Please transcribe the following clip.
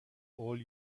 all